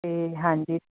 ਅਤੇ ਹਾਂਜੀ